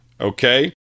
okay